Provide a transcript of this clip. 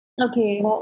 Okay